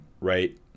right